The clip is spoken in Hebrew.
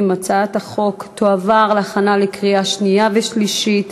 התשע"ה 2014,